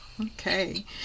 Okay